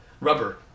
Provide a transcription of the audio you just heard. rubber